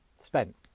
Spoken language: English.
Spent